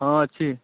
ହଁ ଅଛି